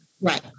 Right